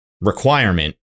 requirement